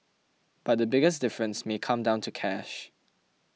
but the biggest difference may come down to cash